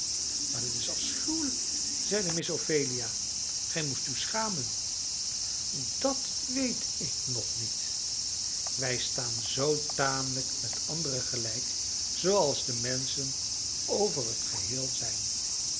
maar dat is afschuwelijk zeide miss ophelia gij moest u schamen dat weet ik nog niet wij staan zoo tamelijk met anderen gelijk zooals de menschen over het geheel zijn